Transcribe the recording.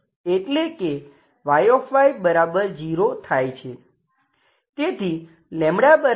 તેથી 0 એ આઈગન મૂલ્ય નથી